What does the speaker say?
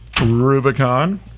Rubicon